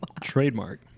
Trademark